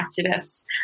activists